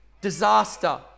Disaster